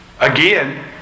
Again